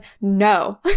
no